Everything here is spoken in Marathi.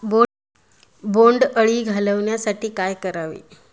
बोंडअळी घालवण्यासाठी काय करावे?